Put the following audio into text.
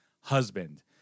husband